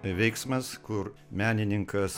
veiksmas kur menininkas